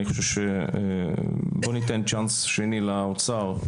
אני חושב שצריכים לתת צ׳אנס שני לאוצר,